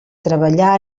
treballà